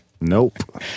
Nope